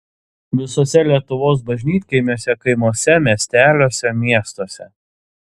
visuose lietuvos bažnytkaimiuose kaimuose miesteliuose miestuose